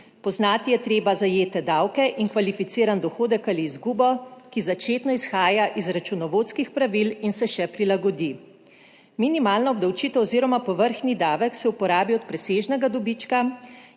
Poznati je treba zajete davke in kvalificiran dohodek ali izgubo, ki začetno izhaja iz računovodskih pravil in se še prilagodi. Minimalna obdavčitev oziroma povrhnji davek se uporabi od presežnega dobička,